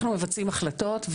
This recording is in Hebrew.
אנחנו מבצעים החלטות,